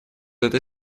это